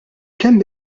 kemm